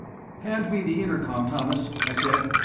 hand me the intercom, thomas, i said.